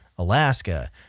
Alaska